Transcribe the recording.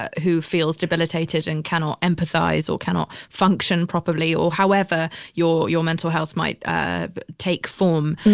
ah who feels debilitated and cannot emphasize or cannot function properly or however your, your mental health might take form.